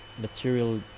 material